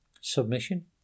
submission